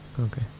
Okay